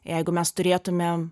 jeigu mes turėtumėm